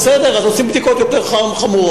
בסדר, אז עושים בדיקות יותר חמורות.